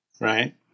right